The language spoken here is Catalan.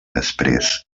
després